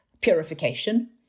purification